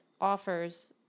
offers